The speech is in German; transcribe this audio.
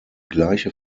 gleiche